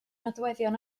nodweddion